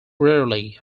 rarely